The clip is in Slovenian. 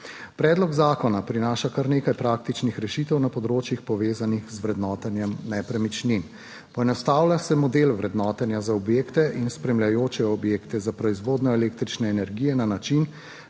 Predlog zakona prinaša kar nekaj praktičnih rešitev na področjih povezanih z vrednotenjem nepremičnin, poenostavlja se model vrednotenja za objekte in spremljajoče objekte za proizvodnjo električne energije na način,